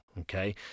okay